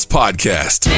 podcast